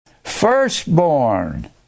firstborn